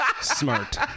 Smart